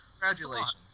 Congratulations